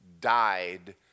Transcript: died